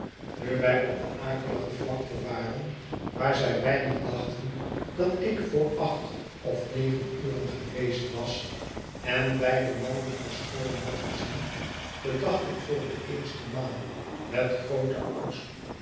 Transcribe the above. nu wij op de akelige vlakte waren waar zij weinig dachten dat ik voor acht of negen uren geweest was en beide mannen verscholen had gezien bedacht ik voor de eerste maal met grooten angst